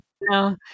No